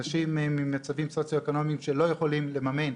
אנשים במצבים סוציו-אקונומים שלא יכולים לממן.